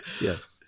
Yes